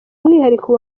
umwihariko